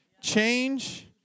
change